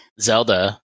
Zelda